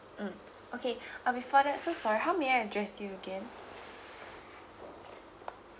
mm okay uh before that so sorry how may I address you again